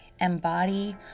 Embody